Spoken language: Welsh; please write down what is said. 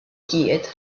gyd